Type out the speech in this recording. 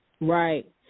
Right